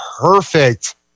perfect